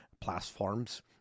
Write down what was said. platforms